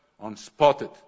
unspotted